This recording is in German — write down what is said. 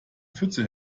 pfütze